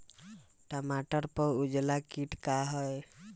टमाटर पर उजला किट का है?